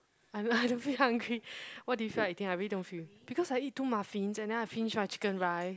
I I don't feel hungry what do you feel like eating I really don't feel because I eat two muffins and then I finish my Chicken Rice